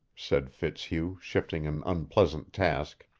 said fitzhugh, shifting an unpleasant task.